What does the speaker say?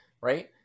right